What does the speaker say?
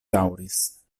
daŭris